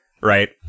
right